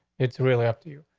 it's really up to you.